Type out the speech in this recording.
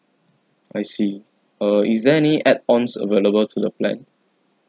I see err is there any add-ons available to the plan